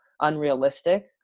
unrealistic